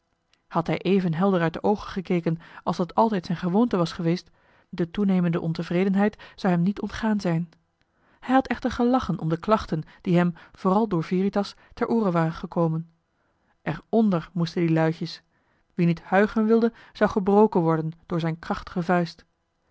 had hij even helder uit de oogen gekeken als dat altijd zijn gewoonte was geweest de toenemende ontevredenheid zou hem niet ontgaan zijn hij had echter gelachen om de klachten die hem vooral door veritas ter oore waren gekomen er nder moesten die luitjes wie niet huigen wilde zou gebroken worden door zijn krachtige vuist